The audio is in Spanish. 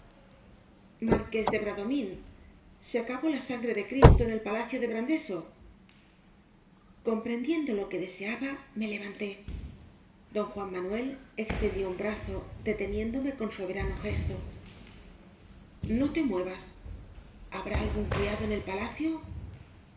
marqués de bradomín se acabó la san gre de cristo en el palacio de brandeso comprendiendo lo que deseaba me levan té don juan manuel extendió un brazo de teniéndome con soberano gesto no te muevas habrá algún criado en el palacio